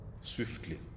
swiftly